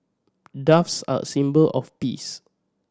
doves are a symbol of peace